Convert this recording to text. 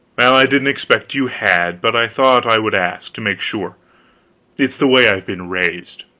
well, i didn't expect you had, but i thought i would ask, to make sure it's the way i've been raised.